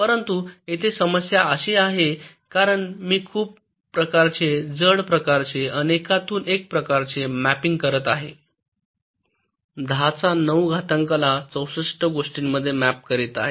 परंतु येथे समस्या अशी आहे कारण मी खूप प्रकारचे जड प्रकारचे अनेकातून एक प्रकारचे मॅपिंग करीत आहे १० चा ९ घातांकाला 64 गोष्टींमध्ये मॅप करीत आहेत